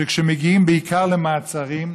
שכשמגיעים, בעיקר למעצרים,